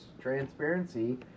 transparency